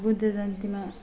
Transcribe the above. बुद्ध जयन्तीमा